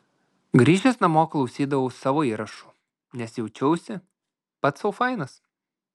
grįžęs namo klausydavau savo įrašų nes jaučiausi pats sau fainas